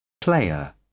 player